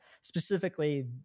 specifically